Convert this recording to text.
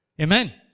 Amen